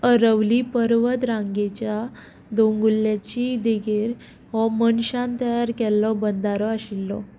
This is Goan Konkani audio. अरवल्ली पर्वत रांगेच्या दोंगुल्ल्यांची देगेर हो मनशान तयार केल्लो बंधारो आशिल्लो